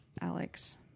Alex